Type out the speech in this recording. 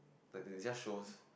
like they they just show